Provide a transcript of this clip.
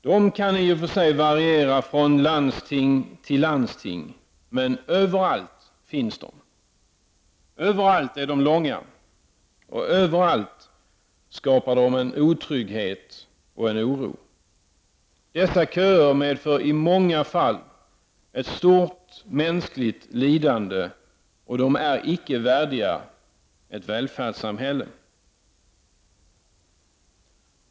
De kan i och för sig variera från landsting till landsting, men de finns överallt, de är för långa överallt och de skapar överallt en otrygghet och en oro. Dessa köer medför i många fall ett stort mänskligt lidande och är inte värdiga ett välfärdssamhälle.